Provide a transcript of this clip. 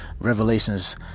Revelations